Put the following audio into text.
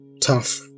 tough